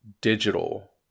digital